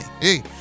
Hey